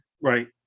Right